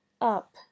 up